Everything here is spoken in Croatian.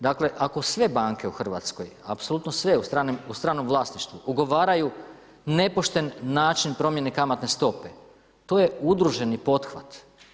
Dakle, ako sve banke u Hrvatskoj, apsolutno sve u stranom vlasništvu ugovaraju nepošten način promjene kamatne stope, to je udruženi pothvat.